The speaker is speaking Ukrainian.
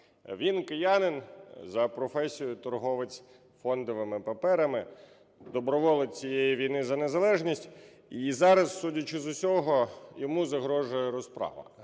Він киянин, за професією – торговець фондовими паперами, доброволець цієї війни за незалежність. І зараз, судячи з усього, йому загрожує розправа.